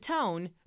tone